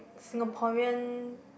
Singaporean